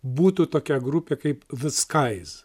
būtų tokia grupė kaip ve skais